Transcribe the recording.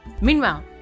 Meanwhile